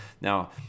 Now